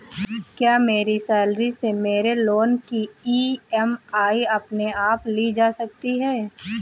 क्या मेरी सैलरी से मेरे लोंन की ई.एम.आई अपने आप ली जा सकती है?